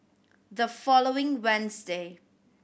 the following Wednesday